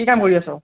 কি কাম কৰি আছ